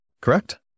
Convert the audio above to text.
correct